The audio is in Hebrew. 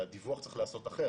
שהדיווח צריך להיעשות אחרת,